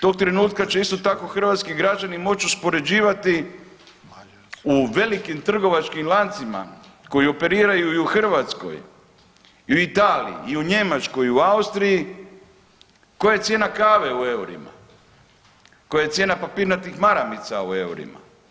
Tog trenutka će isto tako hrvatski građani moći uspoređivati u velikim trgovačkim lancima koji operiraju i u Hrvatskoj i u Italiji i u Njemačkoj i u Austriji koja je cijena kave u eurima, koja je cijena papirnatih maramica u eurima.